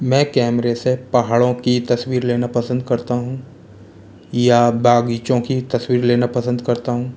मैं कैमरे से पहाड़ों की तस्वीर लेना पसंद करता हूँ या बगीचों की तस्वीर लेना पसंद करता हूँ